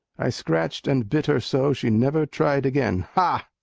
i scratched and bit her so, she never tried again. ha!